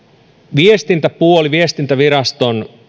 viestintäpuoli viestintäviraston